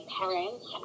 parents